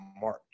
March